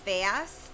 fast